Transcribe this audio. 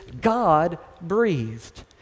God-breathed